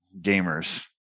gamers